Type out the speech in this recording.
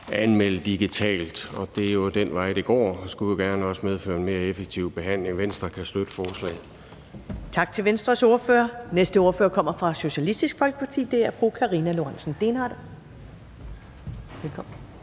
anmelde digitalt. Det er jo den vej, det går, og skulle også gerne medføre en mere effektiv behandling. Venstre kan støtte forslaget. Kl. 11:20 Første næstformand (Karen Ellemann): Tak til Venstres ordfører. Næste ordfører kommer fra Socialistisk Folkeparti. Det er fru Karina Lorentzen Dehnhardt. Velkommen.